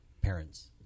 parents